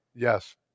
Yes